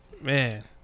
man